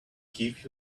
give